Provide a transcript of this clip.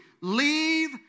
leave